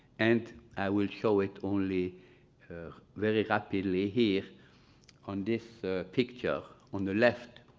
and i will show it only very happily here on this picture, on the left,